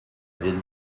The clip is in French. ville